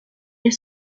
elle